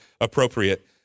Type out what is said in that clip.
appropriate